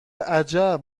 عجب